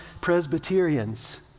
Presbyterians